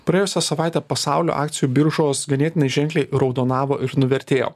praėjusią savaitę pasaulio akcijų biržos ganėtinai ženkliai raudonavo ir nuvertėjo